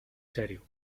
serio